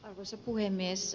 arvoisa puhemies